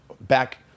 back